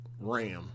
RAM